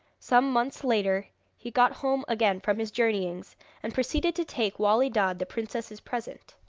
some months later he got home again from his journeyings, and proceeded to take wali dad the princess's present.